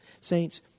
Saints